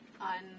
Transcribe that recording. On